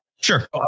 Sure